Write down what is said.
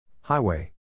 Highway